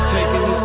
Taking